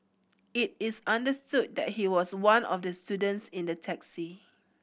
it is understood that he was one of the students in the taxi